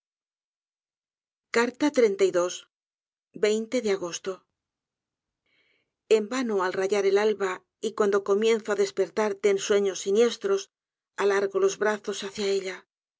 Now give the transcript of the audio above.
vive tragando y rumiando de agosto en vano al rayar el alba y cuando comienzo á despertar de ensueños siniestros alargo los brazos hacia ella